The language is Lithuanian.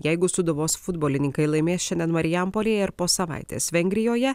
jeigu sūduvos futbolininkai laimės šiandien marijampolėje ir po savaitės vengrijoje